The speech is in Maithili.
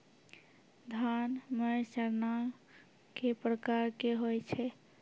धान म सड़ना कै प्रकार के होय छै?